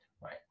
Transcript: right